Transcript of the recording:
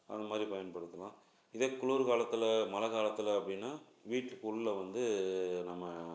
அந்த மாதிரி பயன்படுத்தலாம் இதே குளிர் காலத்தில் மழை காலத்தில் அப்படின்னா வீட்டுக்குள்ளே வந்து நம்ம